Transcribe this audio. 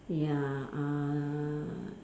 ya uh